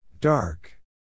Dark